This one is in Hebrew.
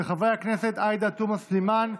של חברי הכנסת עאידה תומא סלימאן,